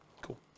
Cool